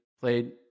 played